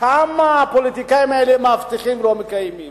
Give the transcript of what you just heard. כמה הפוליטיקאים האלה מבטיחים ולא מקיימים.